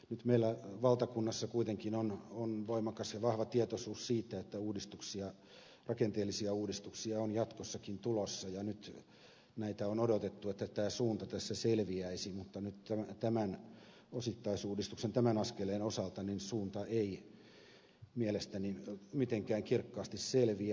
nyt meillä valtakunnassa kuitenkin on voimakas ja vahva tietoisuus siitä että rakenteellisia uudistuksia on jatkossakin tulossa ja nyt on odotettu että tämä suunta tässä selviäisi mutta nyt tämän osittaisuudistuksen tämän askeleen osalta suunta ei mielestäni mitenkään kirkkaasti selviä